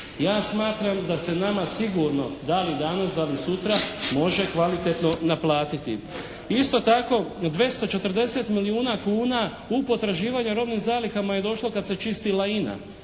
Ja smatram da se "NA-MA" sigurno da li danas da li sutra može kvalitetno naplatiti. Isto tako, 240 milijuna kuna u potraživanja robnim zalihama je došlo kad se čistila INA.